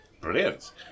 Brilliant